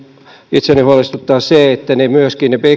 itseäni huolestuttaa myöskin se että niihin